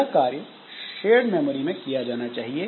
यह कार्य shared memory में किया जाना चाहिए